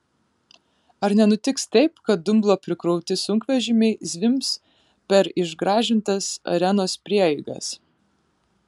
ar nenutiks taip kad dumblo prikrauti sunkvežimiai zvimbs per išgražintas arenos prieigas